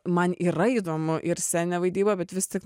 man yra įdomu ir sceninė vaidyba bet vis tik